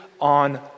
on